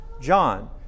John